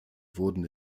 wurden